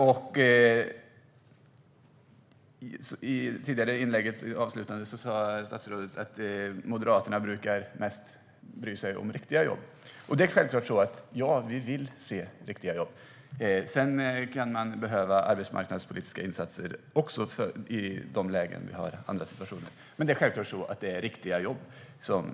I statsrådets avslutande inlägg i den förra interpellationsdebatten sa statsrådet att Moderaterna brukar bry sig mest om riktiga jobb. Det är självklart så att vi vill se riktiga jobb. Sedan kan man behöva arbetsmarknadspolitiska insatser också i andra lägen och situationer. Men självklart handlar det om riktiga jobb.